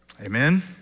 Amen